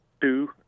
two